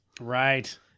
Right